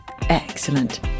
Excellent